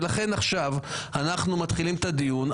ולכן עכשיו אנחנו מתחילים את הדיון.